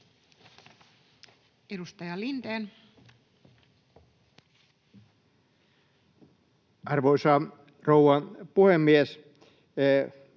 Edustaja Lintilä. Arvoisa rouva puhemies!